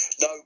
no